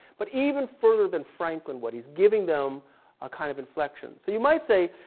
but even further than franklin would. he's giving them a kind of inflection. so you might say,